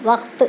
وقت